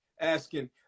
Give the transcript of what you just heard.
asking